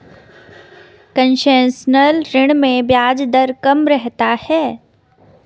concessional ऋण में ब्याज दर कम रहता है